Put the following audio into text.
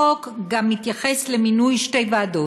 החוק גם מתייחס למינוי שתי ועדות,